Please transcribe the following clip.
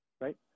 Right